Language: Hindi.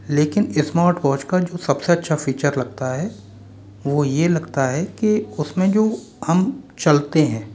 लेकिन स्मार्टवॉच का जो सबसे अच्छा फीचर लगता है वो यह लगता है कि उसमें जो हम चलते है